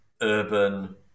urban